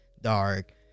dark